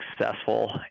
successful